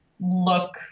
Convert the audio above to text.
look